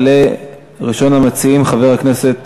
יעלה ראשון המציעים, חבר הכנסת